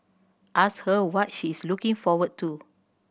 ask her what she is looking forward to